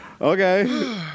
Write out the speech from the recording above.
Okay